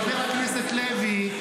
חבר הכנסת לוי,